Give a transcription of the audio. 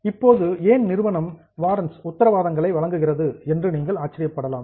இப்போது ஏன் நிறுவனம் வாரன்ட்ஸ் உத்தரவாதங்களை வழங்குகிறது என்று நீங்கள் ஆச்சரியப்படலாம்